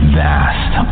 vast